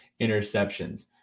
interceptions